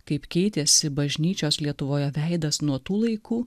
kaip keitėsi bažnyčios lietuvoje veidas nuo tų laikų